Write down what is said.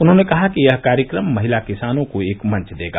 उन्होंने कहा कि यह कार्यक्रम महिला किसानों को एक मंच देगा